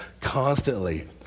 constantly